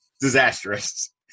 disastrous